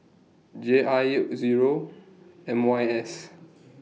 J I Zero M Y S